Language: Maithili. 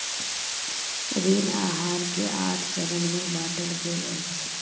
ऋण आहार के आठ चरण में बाटल गेल अछि